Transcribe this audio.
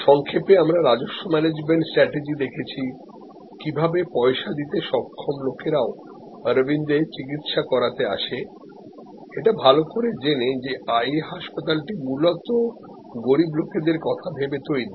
সংক্ষেপে আমরা revenue management strategy দেখেছি কিভাবে পয়সা দিতে সক্ষম লোকেরাও অরবিন্দে চিকিৎসা করাতে আসে এটা ভালো করে জেনে যে এই হাসপাতালটি মূলত গরিবলোকেদের কথা ভেবে তৈরি